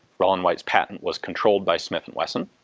rollin white's patent was controlled by smith and wesson,